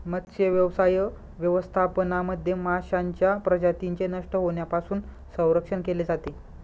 मत्स्यव्यवसाय व्यवस्थापनामध्ये माशांच्या प्रजातींचे नष्ट होण्यापासून संरक्षण केले जाते